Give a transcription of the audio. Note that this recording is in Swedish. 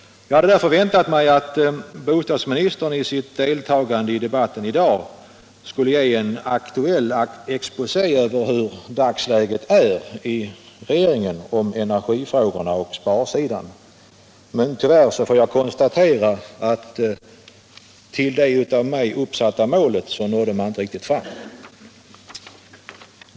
Jag hade därför väntat mig att bostadsministern vid sitt deltagande i debatten i dag skulle ge en aktuell exposé över hur dagsläget är i regeringen i fråga om energin och sparandet. Men tyvärr får jag konstatera att till det av mig uppsatta målet nådde man inte riktigt fram.